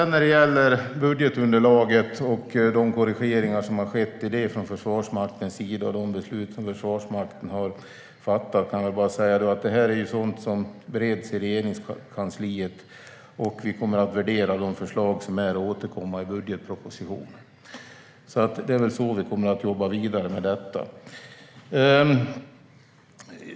När det gäller budgetunderlaget och de korrigeringar som har skett i det från Försvarsmaktens sida och de beslut som Försvarsmakten har fattat kan jag bara säga att det är sådant som bereds i Regeringskansliet. Vi kommer att värdera de förslag som finns och återkomma i budgetpropositionen. Det är så vi kommer att jobba vidare med detta.